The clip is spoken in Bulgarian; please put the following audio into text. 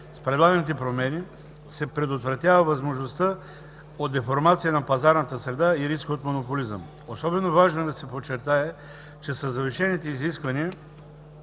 С предлаганите промени се предотвратява възможността от деформация на пазарната среда и риска от монополизъм. Особено важно е да се подчертае, че със завишените изисквания